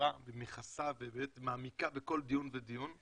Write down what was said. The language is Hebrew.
מעורה ומכסה ובאמת מעמיקה בכל דיון ודיון.